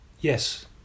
Yes